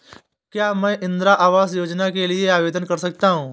क्या मैं इंदिरा आवास योजना के लिए आवेदन कर सकता हूँ?